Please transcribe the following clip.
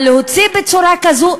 אבל להוציא בצורה כזאת,